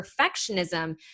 perfectionism